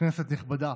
כנסת נכבדה.